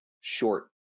short